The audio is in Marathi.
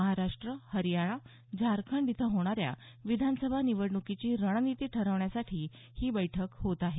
महाराष्ट हरयाणा झारखंड येथे होणाऱ्या विधानसभा निवडण्कीची रणनिती ठरवण्यासाठी ही बैठक होत आहे